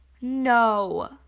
No